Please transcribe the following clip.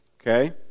Okay